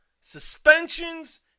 suspensions